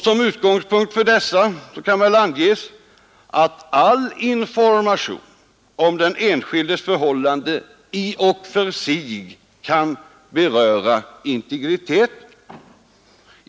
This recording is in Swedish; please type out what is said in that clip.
En utgångspunkt kan väl anses vara att all information om den enskildes förhållanden i och för sig kan beröra integriteten.